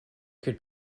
could